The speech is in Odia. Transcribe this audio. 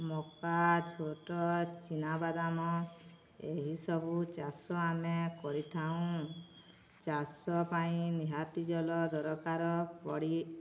ମକା ଝୋଟ ଚିନାବାଦାମ ଏହିସବୁ ଚାଷ ଆମେ କରିଥାଉ ଚାଷ ପାଇଁ ନିହାତି ଜଳ ଦରକାର ପଡ଼ି